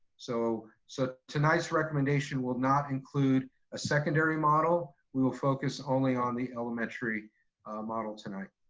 so so tonight's recommendation will not include a secondary model. we will focus only on the elementary model tonight.